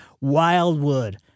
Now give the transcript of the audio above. Wildwood